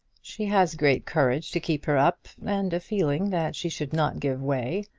she has great courage to keep her up and a feeling that she should not give way,